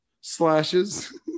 slashes